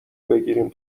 بگیریم